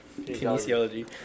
Kinesiology